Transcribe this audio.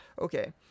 Okay